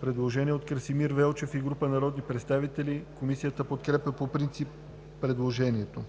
Предложение от Красимир Велчев и група народни представители. Комисията подкрепя предложението